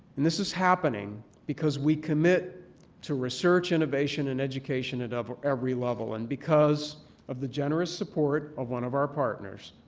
and this is happening because we commit to research, innovation, and education at ah every level and because of the generous support of one of our partners,